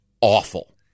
awful